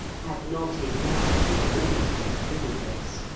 had not his match in all the universe.